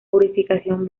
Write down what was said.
purificación